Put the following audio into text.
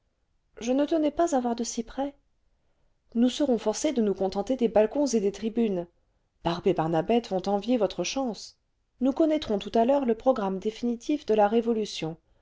je ne tenais pas à voir de si près nous serons forcées de nous contenter des balcons et des tribunes barbe et barnabette vont envier votre chance nous connaîtrons tout à l'heure le programme définitif de la révolution